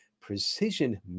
precision